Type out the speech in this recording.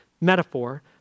metaphor